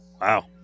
Wow